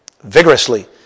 vigorously